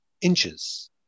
inches